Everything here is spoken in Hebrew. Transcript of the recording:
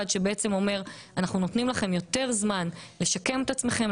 שבעצם אומר שאנחנו נותנים לכם יותר זמן לשקם את עצמכם,